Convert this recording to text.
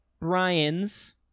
Brian's